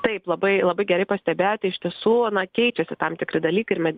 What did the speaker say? taip labai labai gerai pastebėjote iš tiesų na keičiasi tam tikri dalykai ir me